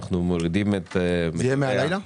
אנחנו מורידים את מחירי הדלק --- זה יהיה מהלילה?